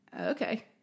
okay